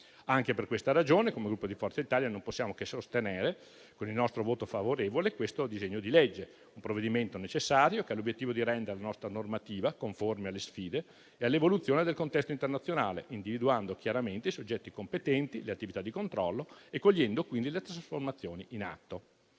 Anche per questa ragione, come Gruppo Forza Italia, non possiamo che sostenere con il nostro voto favorevole il disegno di legge in esame, un provvedimento necessario, che ha l'obiettivo di rendere la nostra normativa conforme alle sfide e all'evoluzione del contesto internazionale, individuando chiaramente i soggetti competenti, le attività di controllo e cogliendo quindi le trasformazioni in atto.